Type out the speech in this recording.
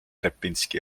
repinski